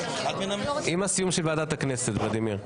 עם הסיום של ועדת הכנסת, ולדימיר.